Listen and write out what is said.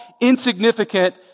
insignificant